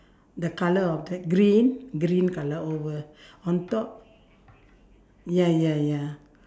the colour of the green green colour over on top ya ya ya